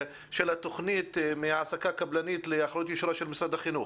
התוכנית מהעסקה קבלנית לאחריות ישירה של משרד החינוך.